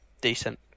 decent